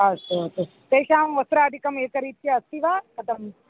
अस्तु अस्तु तेषां वस्त्रादिकम् एकरीत्या अस्ति वा कथम्